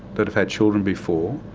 that have had children before,